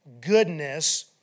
goodness